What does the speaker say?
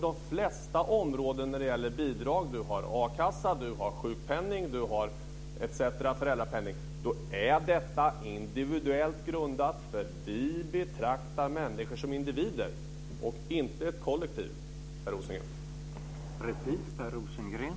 De flesta bidrag, t.ex. a-kassa, sjukpenning, föräldrapenning etc., är individuellt grundade. Vi betraktar människor som individer och inte ett kollektiv, Per Rosengren.